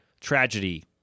tragedy